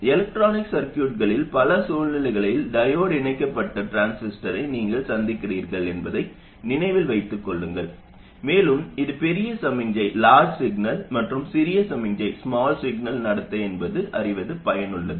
electronic சர்க்யூட்களில் பல சூழ்நிலைகளில் டையோடு இணைக்கப்பட்ட டிரான்சிஸ்டரை நீங்கள் சந்திக்கிறீர்கள் என்பதை நினைவில் வைத்துக் கொள்ளுங்கள் மேலும் இது பெரிய சமிக்ஞை மற்றும் சிறிய சமிக்ஞை நடத்தை என்பதை அறிவது பயனுள்ளது